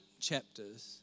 chapters